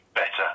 better